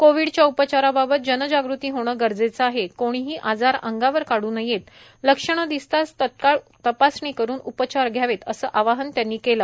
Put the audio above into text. कोविडच्या उपचाराबाबत जनजागृती होणं गरजेचं आहे कोणीही आजार अंगावर काढू नयेत लक्षणं दिसताच तत्काळ तपासणी करून उपचार घ्यावेत असं आवाहन त्यांनी केलं